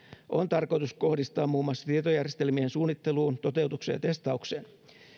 on tarkoitus kohdistaa muun muassa tietojärjestelmien suunnitteluun toteutukseen ja testaukseen